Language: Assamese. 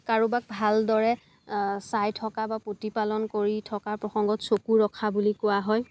কাৰোবাক ভালদৰে চাই থকা বা প্ৰতিপালন কৰি থকাৰ প্ৰসংগত চকু ৰখা বুলি কোৱা হয়